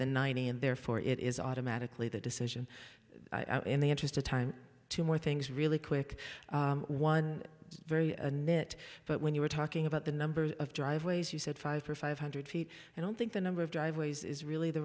than ninety and therefore it is automatically the decision in the interest of time two more things really quick one very minute but when you were talking about the number of driveways you said five for five hundred feet i don't think the number of driveways is really the